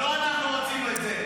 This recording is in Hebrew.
לא אנחנו רצינו את זה.